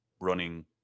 running